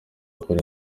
gukora